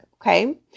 okay